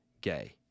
gay